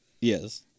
Yes